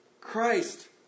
Christ